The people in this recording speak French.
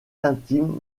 intime